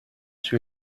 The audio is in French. sur